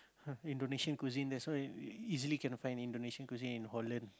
Indonesian cuisine that's why easily can find Indonesian cuisine in Holland